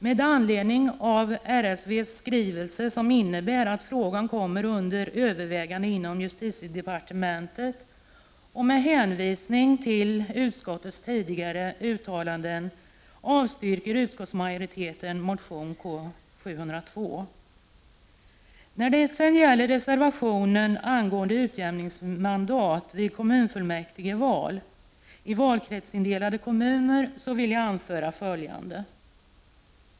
Med anledning av RSV:s skrivelse, som innebär att frågan kommer under övervägande inom justitiedepartementet, och med hänvisning till utskottets tidigare uttalanden avstyrker utskottsmajoriteten motion K702. När det sedan gäller reservationen angående utjämningsmandat vid kommunfullmäktigeval i valkretsindelade kommuner vill jag anföra följande.